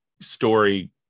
story